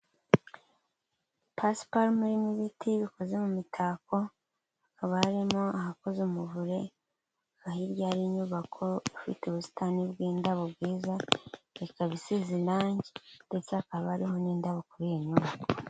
Pasiparumu, irimo ibiti bikoze mu mitako, hakaba harimo ahakoze umuvure, hirya hari inyubako ifite ubusitani bw'indabo bwiza, ikaba isize irangi, ndetse hakaba hariho n'indabo kuri iyi nyubako.